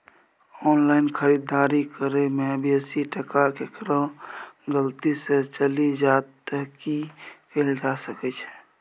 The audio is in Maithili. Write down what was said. ऑनलाइन खरीददारी करै में बेसी टका केकरो गलती से चलि जा त की कैल जा सकै छै?